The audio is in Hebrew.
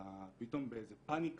ואתה פתאום באיזה פאניקה.